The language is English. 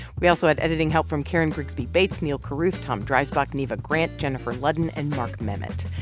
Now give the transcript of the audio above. we also had editing help from karen grigsby bates, neal carruth, tom dreisbach, neva grant, jennifer ludden and mark memmott.